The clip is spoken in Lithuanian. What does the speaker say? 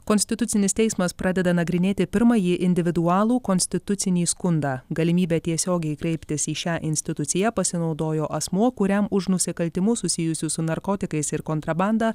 konstitucinis teismas pradeda nagrinėti pirmąjį individualų konstitucinį skundą galimybe tiesiogiai kreiptis į šią instituciją pasinaudojo asmuo kuriam už nusikaltimus susijusius su narkotikais ir kontrabandą